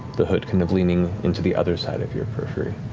the hood kind of leaning into the other side of your periphery.